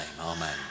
amen